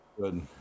Good